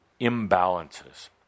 imbalances